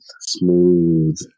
smooth